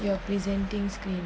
you are presenting screen